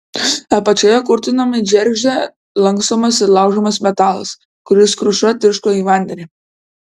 apačioje kurtinamai džeržgė lankstomas ir laužomas metalas kuris kruša tiško į vandenį